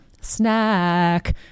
snack